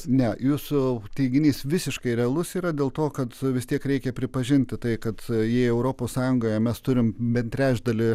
ne jūsų teiginys visiškai realus yra dėl to kad su vis tiek reikia pripažinti tai kad tai jei europos sąjungoje mes turime bent trečdalį